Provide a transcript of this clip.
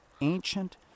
ancient